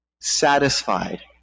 satisfied